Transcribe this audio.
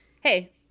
hey